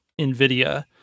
NVIDIA